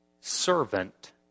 servant